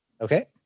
Okay